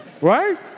Right